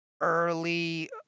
early